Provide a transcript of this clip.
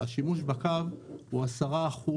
השימוש בקו הוא 10%